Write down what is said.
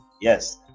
Yes